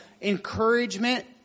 encouragement